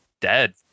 dead